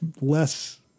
less